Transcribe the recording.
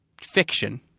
Fiction